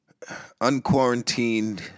unquarantined